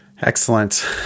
Excellent